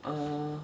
err